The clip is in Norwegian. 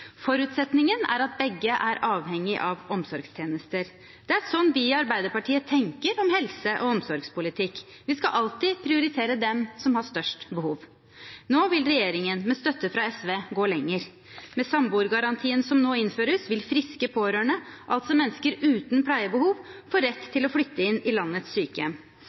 Forutsetningen er at begge er avhengig av omsorgstjenester. Det er sånn vi i Arbeiderpartiet tenker om helse- og omsorgspolitikk: Vi skal alltid prioritere dem som har størst behov. Nå vil regjeringen, med støtte fra SV, gå lenger. Med samboergarantien som nå innføres, vil friske pårørende, altså mennesker uten pleiebehov, få rett til å flytte inn i landets sykehjem.